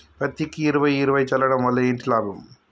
పత్తికి ఇరవై ఇరవై చల్లడం వల్ల ఏంటి లాభం?